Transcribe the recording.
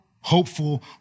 hopeful